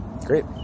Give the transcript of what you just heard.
Great